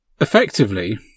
effectively